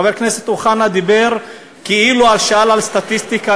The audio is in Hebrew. חבר הכנסת אוחנה דיבר לפני דקה כאילו נשען על סטטיסטיקה,